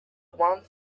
one